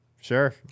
Sure